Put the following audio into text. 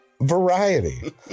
Variety